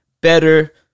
better